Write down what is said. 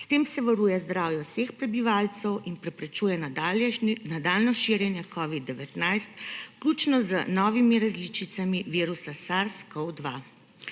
S tem se varuje zdravje vseh prebivalcev in preprečuje nadaljnjo širjenje covida-19, vključno z novimi različicami virusa SARS-CoV-2.